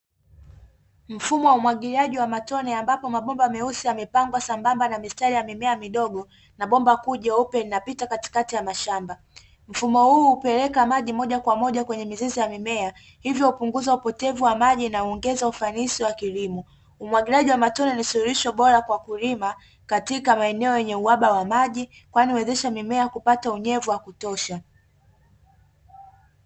Mfumo wa umwagiliaji wa matone ambapo mabomba meusi yamepangwa sambamba na mistari ya mimea midogo na bomba kuua jeupe, linapita katikati ya mashamba mfumo huu upeleka maji moja kwa moja kwenye mizizi ya mimea hivyo kupunguza upotevu wa maji na huongeza ufanisi wa kilimo umwagiliaji wa matone ni suluhisho bora kwa kulima katika maeneo yenye uhaba wa maji kwani wezesha mimea kupata unyevu wa kutosha.